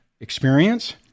experience